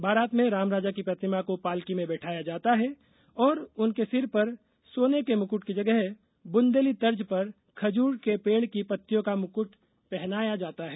बारात में रामराजा की प्रतिमा को पालकी में बैठाया जाता है और उनके सिर पर सोने के मुकुट की जगह बुंदेली तर्ज पर खजूर के पेड़ की पत्तियों का मुकुट पहनाया जाता है